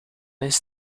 eens